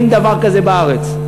אין דבר כזה בארץ.